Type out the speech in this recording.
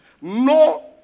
No